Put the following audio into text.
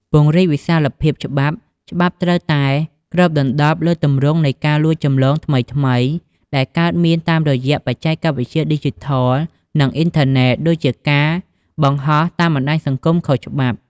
ពង្រីកវិសាលភាពច្បាប់ ច្បាប់ត្រូវតែគ្របដណ្តប់លើទម្រង់នៃការលួចចម្លងថ្មីៗដែលកើតមានតាមរយៈបច្ចេកវិទ្យាឌីជីថល និងអ៊ីនធឺណិត ដូចជា ការបង្ហោះតាមបណ្តាញសង្គមខុសច្បាប់។